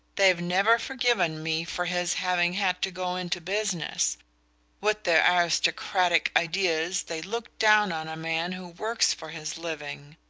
they've never forgiven me for his having had to go into business with their aristocratic ideas they look down on a man who works for his living.